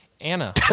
Anna